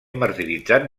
martiritzat